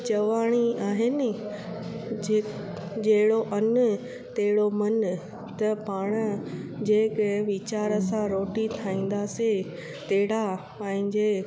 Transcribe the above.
चवण ई आहे नि जे जहिड़ो अनु तहिड़ो मनु त पाण जेके वीचार सां रोटी ठाहींदासि तहिड़ा पंहिंजे